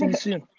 and soon.